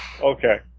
Okay